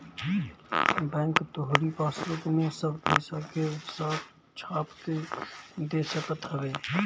bank तोहरी passbook में सब पईसा के हिसाब छाप के दे सकत हवे